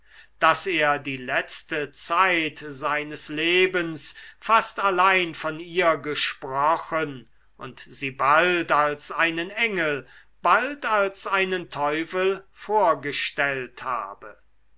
daß er die letzte zeit seines lebens fast allein von ihr gesprochen und sie bald als einen engel bald als einen teufel vorgestellt habe